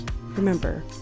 remember